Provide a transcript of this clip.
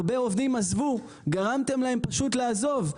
הרבה עובדים עזבו, גרמתם להם פשוט לעזוב.